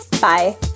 Bye